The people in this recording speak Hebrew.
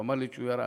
הוא אמר לי שהוא ירד.